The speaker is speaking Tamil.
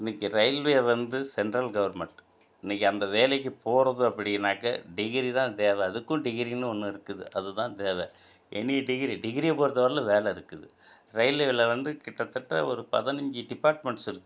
இன்றைக்கி ரயில்வே வந்து சென்ட்ரல் கவுர்மெண்ட் இன்றைக்கி அந்த வேலைக்குப் போவது அப்படின்னாக்க டிகிரி தான் தேவை அதுக்கும் டிகிரின்னு ஒன்று இருக்குது அது தான் தேவை எனி டிகிரி டிகிரியை பொறுத்த வரைல வேலை இருக்குது ரயில்வேயில் வந்து கிட்டத்தட்ட ஒரு பதினஞ்சி டிப்பார்ட்மெண்ட்ஸ் இருக்குது